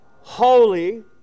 holy